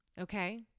okay